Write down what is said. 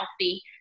healthy